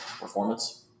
performance